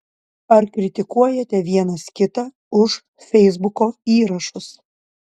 ar kritikuojate vienas kitą už feisbuko įrašus